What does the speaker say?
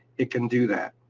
it can do that.